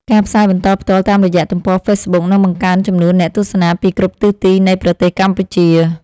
ការផ្សាយបន្តផ្ទាល់តាមរយៈទំព័រហ្វេសប៊ុកនឹងបង្កើនចំនួនអ្នកទស្សនាពីគ្រប់ទិសទីនៃប្រទេសកម្ពុជា។